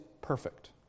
perfect